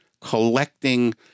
collecting